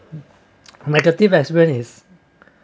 negative experience is